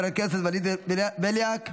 חבר הכנסת ולדימיר בליאק,